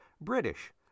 British